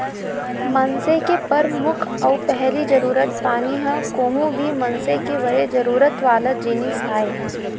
मनसे के परमुख अउ पहिली जरूरत पानी ह कोहूं भी मनसे के बड़े जरूरत वाला जिनिस आय